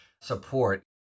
support